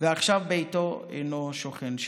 ועכשיו ביתו אינו שוכן שם.